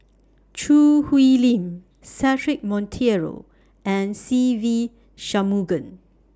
Choo Hwee Lim Cedric Monteiro and Se Ve Shanmugam